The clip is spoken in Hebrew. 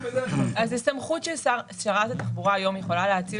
את הסמכות שניתנת כאן שרת התחבורה היום יכולה להאציל